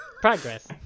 Progress